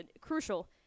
crucial